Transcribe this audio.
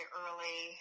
early